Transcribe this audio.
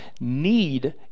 need